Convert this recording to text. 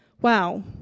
wow